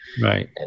Right